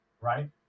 right